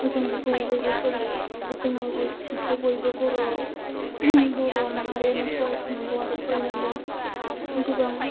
जों बेखौ बयबो बर' माहारियानो फरायखानांगौ आरो फरायनांगौ गोबां